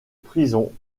prison